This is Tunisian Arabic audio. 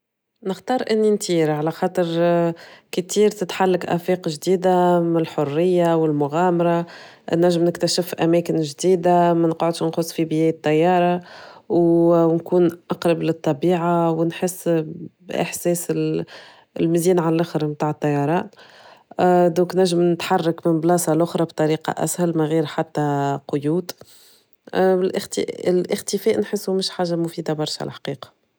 نختار اني نطير على خاطر كي تطير تتحلك افاق جديدة ملحرية و المغامرة نجم نكتشف اماكن جديدة منقعدش نقص في بيي طيارة و نكون اقرب للطبيعة و نحس باحساس المزيان علخر متاع الطيارة دونك نجم نتحرك من بلاصة لخرا بطريقة اخرع من غير حتى قيود الاختفاء نحسو مش حاجة مفيدة برشا الحقيقة